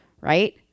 right